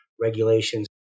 regulations